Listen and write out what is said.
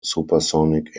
supersonic